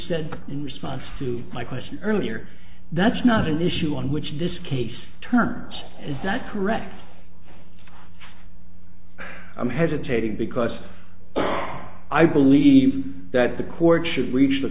said in response to my question earlier that's not an issue on which this case turns is that correct i'm hesitating because i believe that the